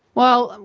well,